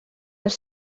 els